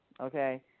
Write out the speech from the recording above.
Okay